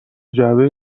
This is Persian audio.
جعبه